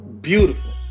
beautiful